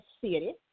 city